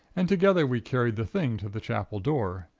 and together we carried the thing to the chapel door.